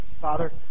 father